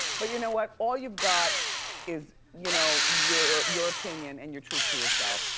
but you know what, all you've got is you know your your opinion and your truth to yourself.